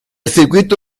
circuito